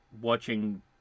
watching